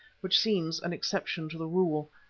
which seems an exception to the rule.